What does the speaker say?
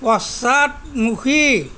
পশ্চাদমুখী